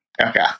okay